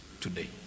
today